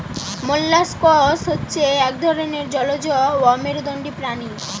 molluscs হচ্ছে এক রকমের জলজ অমেরুদন্ডী প্রাণী